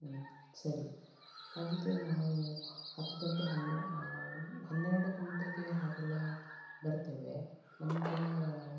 ಹ್ಞೂ ಸರಿ ಹಾಗಿದ್ದರೆ ನಾವು ಹತ್ತು ಗಂಟೆ ಹನ್ನೊ ಹನ್ನೆರಡು ಗಂಟೆಗೆ ಹಾಗೆಲ್ಲ ಬರ್ತೇವೆ ನಮಗೆ